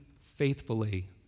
faithfully